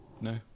No